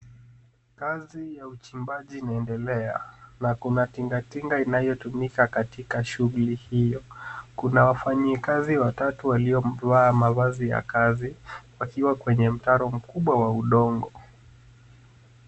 Kazi ya uchimbaji inaendelea na kuna tingatinga inayotumika katika shughuli hiyo. Kuna wanyikazi watatu waliovaa mavazi ya kazi wakiwa kwenye mtaro mkubwa wa udongo.